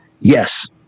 Yes